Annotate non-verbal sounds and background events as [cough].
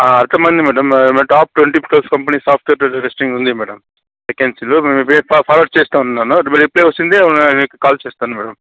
ఎంతమంది మ్యాడం మేము top twenty plus companies software testing ఉంది మ్యాడం [unintelligible] ఫార్వర్డ్ చేస్తా ఉన్నాను రిపేర్ వచ్చింది నేను కాల్ చేస్తాను మ్యాడం